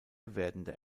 werdende